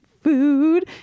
food